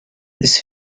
this